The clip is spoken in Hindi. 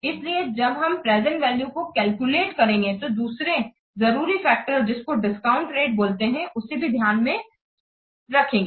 इसलिए जब हम प्रेजेंट वैल्यू को कैलकुलेट करेंगे तो दूसरे जरूरी फैक्टर जिसको डिस्काउंट रेटबोलते हैं उसे भी ध्यान रखें रखेंगे